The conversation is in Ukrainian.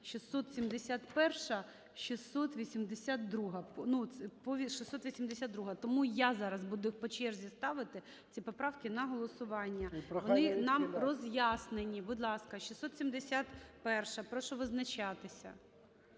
671 – 682. Тому я зараз буду по черзі ставити ці поправки на голосування, вони нам роз'ясненні. Будь ласка, 671-а. Прошу визначатися.